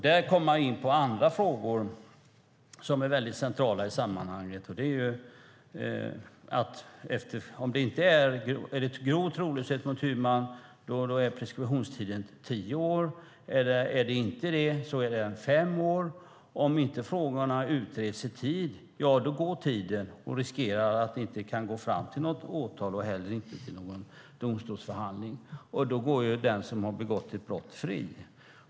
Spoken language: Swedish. Då kommer vi in på andra frågor som är centrala i sammanhanget. Är det grov trolöshet mot huvudman är preskriptionstiden tio år. Är det inte så är preskriptionstiden fem år. Om inte frågorna utreds i tid så går tiden. Man riskerar då att det inte kan gå fram till något åtal och heller inte till någon domstolsförhandling, och då går ju den som har begått ett brott fri.